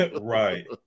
Right